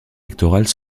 pectorales